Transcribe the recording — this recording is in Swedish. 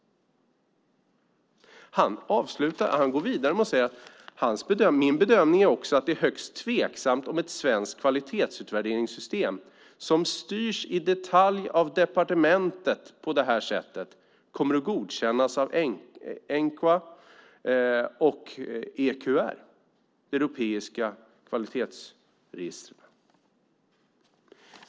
Han går vidare med att säga: Min bedömning är också att det är högst tveksamt om ett svenskt kvalitetsutvärderingssystem som styrs i detalj av departementet på det här sättet kommer att godkännas av ENQA och EQR, de europeiska kvalitetsregistren.